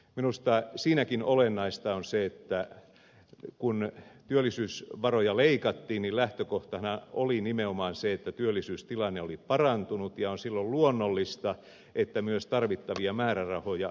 minusta siinäkin olennaista on se että kun työllisyysvaroja leikattiin niin lähtökohtanahan oli nimenomaan se että työllisyystilanne oli parantunut ja on silloin luonnollista että myös tarvittavia määrärahoja supistetaan